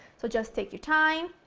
so just take your time.